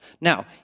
Now